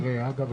חבר הכנסת ברקת,